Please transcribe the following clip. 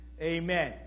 Amen